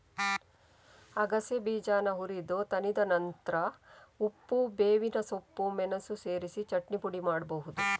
ಅಗಸೆ ಬೀಜಾನ ಹುರಿದು ತಣಿದ ನಂತ್ರ ಉಪ್ಪು, ಬೇವಿನ ಸೊಪ್ಪು, ಮೆಣಸು ಸೇರಿಸಿ ಚಟ್ನಿ ಪುಡಿ ಮಾಡ್ಬಹುದು